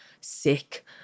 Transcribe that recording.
sick